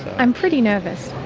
i'm pretty nervous.